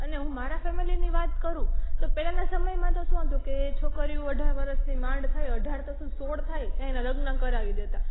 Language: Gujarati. અને હું મારા ફેમિલીની વાત કરું તો પહેલાંના સમયમાં તો શું હતું કે છોકરીઓ અઢાર વરસની માંડ થાય અઢાર તો શું સોળ થાય ત્યાં એનાં લગ્ન કરાવી દેતા પણ